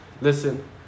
Listen